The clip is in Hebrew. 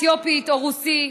אתיופית או רוסי,